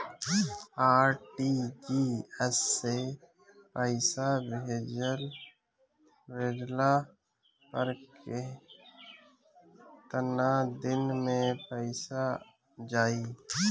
RTGS से पईसा भेजला पर केतना दिन मे पईसा जाई?